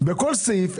בכל סעיף,